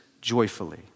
joyfully